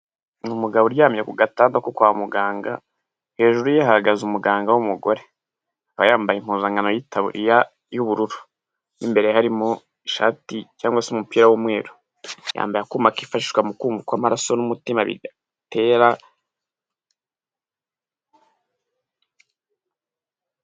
Ni umugabo uryamye ku gatada ko kwa muganga hejuru ye hahagaze umuganga w'umugore, akaba yambaye impuzankano y'itaburiya y'ubururu mo imbere harimo ishati cyangwa se umupira w'umweru, yambaye akuma kifashishwa mu kumva uko amaraso n'umutima bitera.